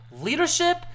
leadership